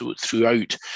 throughout